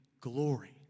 glory